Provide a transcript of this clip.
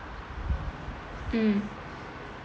mm